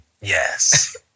Yes